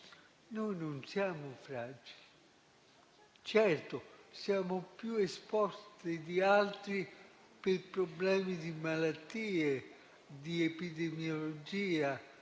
Noi non siamo fragili. Certo, siamo più esposti di altri a problemi legati a malattie, all'epidemiologia,